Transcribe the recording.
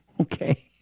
Okay